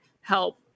help